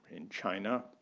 in china,